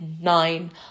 nine